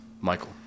Michael